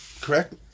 correct